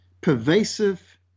pervasive